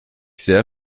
sehr